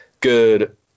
good